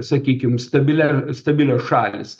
sakykim stabilia stabilios šalys